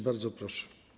Bardzo proszę.